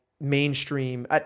mainstream